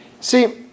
See